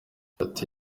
ati